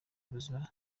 ubuzima